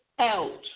out